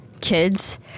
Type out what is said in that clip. kids